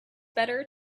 better